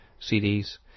CDs